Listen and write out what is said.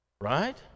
Right